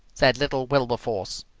said little wilberforce.